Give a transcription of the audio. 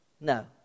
No